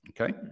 Okay